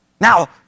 Now